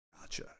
gotcha